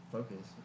Focus